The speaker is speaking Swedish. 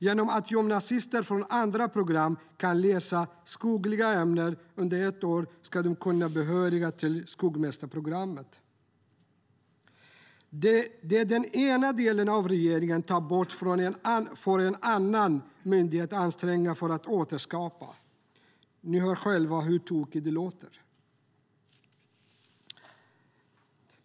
Genom att gymnasister från andra program kan läsa skogliga ämnen under ett år ska de kunna bli behöriga till skogsmästarprogrammet. Det regeringen tar bort från den ena delen får en annan myndighet anstränga sig för att återskapa. Ni hör själva hur tokigt det låter.